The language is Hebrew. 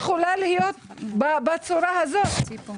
כל הזמן מנסים ליצור סיטואציות של תרומות אבל קנאביס זה סם מסוכן,